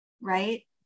Right